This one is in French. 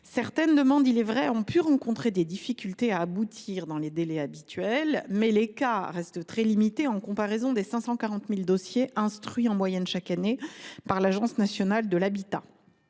certaines demandes, il est vrai, ont pu rencontrer des difficultés pour aboutir dans les délais habituels, mais ces cas restent très limités en comparaison des 540 000 dossiers instruits en moyenne chaque année par l’Anah. Concernant